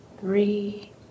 three